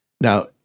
now